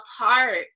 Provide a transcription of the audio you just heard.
apart